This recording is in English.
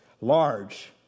Large